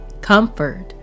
comfort